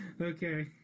okay